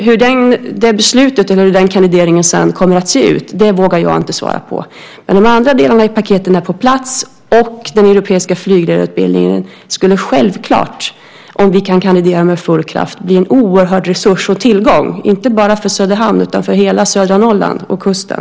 Hur beslutet och kandideringen sedan kommer att se ut vågar jag inte svara på. Men de andra delarna i paketen är på plats, och den europeiska flygledarutbildningen ska självklart - om vi kan kandidera med full kraft - bli en oerhörd resurs och tillgång, inte bara för Söderhamn utan för hela södra Norrland och kusten.